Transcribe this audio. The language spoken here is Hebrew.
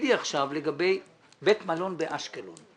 תגידי עכשיו לגבי בית מלון באשקלון.